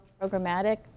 programmatic